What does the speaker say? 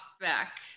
back